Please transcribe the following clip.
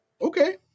Okay